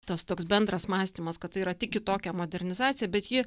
tas toks bendras mąstymas kad tai yra tik kitokia modernizacija bet ji